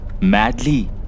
madly